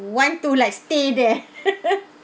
want to like stay there